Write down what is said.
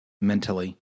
mentally